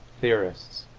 theorists,